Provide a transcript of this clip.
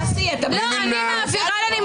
הצבעה לא אושרו.